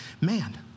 man